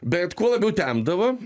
bet kuo labiau temdavo